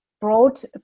brought